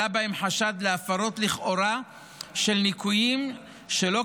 עלה בהן חשד להפרות לכאורה של ניכויים שלא